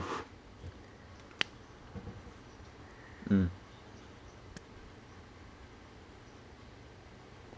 mm